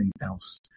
else